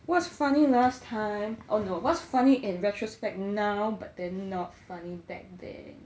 what's funny last time oh no what's funny in retrospect now but then not funny that day